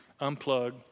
unplug